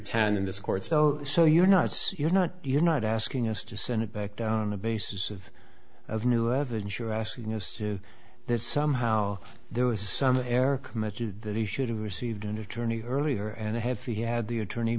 this court so so you're not you're not you're not asking us to send it back down on a basis of of new evidence you're asking us to that somehow there was some error committed that he should have received an attorney earlier and have he had the attorney